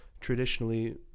traditionally